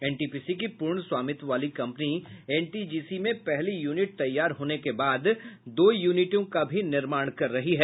NTPC की पूर्ण स्वामित्व वाली कंपनी एनटीजीसी में पहली यूनिट तैयार होने के बाद दो यूनिटों का भी निर्माण कर रही है